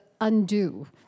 undo